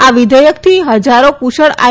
આ વિધેયકથી હજારો કુશળ આઈ